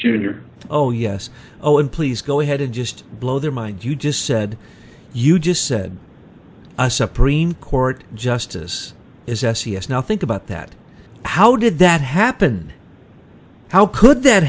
jr oh yes oh and please go ahead and just blow their mind you just said you just said a supreme court justice is s e s now think about that how did that happen how could that